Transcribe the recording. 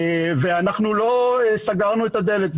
ולא סגרנו את הדלת.